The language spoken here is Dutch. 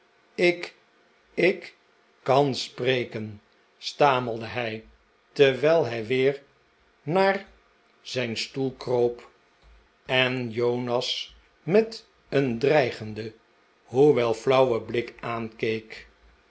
ik ik kan spreken stamelde hij terwijl hij weer naar zijn stoel kroop en jonas maarten chuzzlewit met een dreigenden hoewel flauwen blik aenkeek